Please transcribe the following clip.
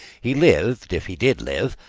he lived, if he did live,